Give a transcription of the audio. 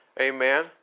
Amen